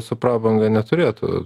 su prabanga neturėtų